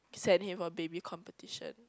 send him for baby competition